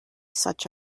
such